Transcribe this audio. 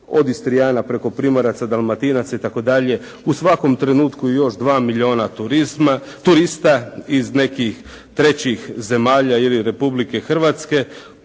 od Istrijana preko Primoraca, Dalmatinaca itd. u svakom trenutku još 2 milijuna turista iz nekih trećih zemalja ili Republike Hrvatske,